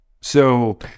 So-